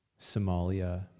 Somalia